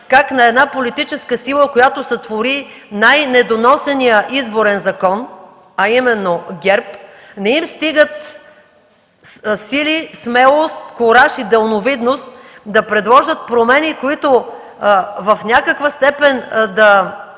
как на една политическа сила, която сътвори най-недоносения Изборен закон, а именно ГЕРБ, не й стигат сили, смелост, кураж и далновидност да предложат промени, които в някаква степен да